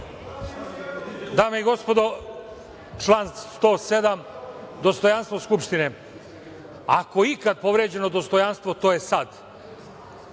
Dame i gospodo, član 107. – dostojanstvo Skupštine. Ako je ikada povređeno dostojanstvo, to je